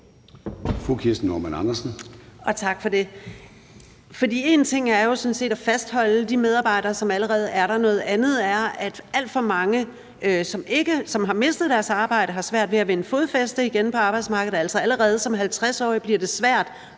sådan set at fastholde de medarbejdere, som allerede er der, noget andet er, at alt for mange, som har mistet deres arbejde, har svært ved at vinde fodfæste på arbejdsmarkedet igen. Allerede som 50-årig bliver det svært